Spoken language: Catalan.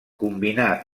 combinà